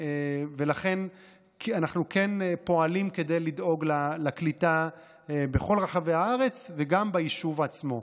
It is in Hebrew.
לכן אנחנו כן פועלים כדי לדאוג לקליטה בכל רחבי הארץ וגם ביישוב עצמו.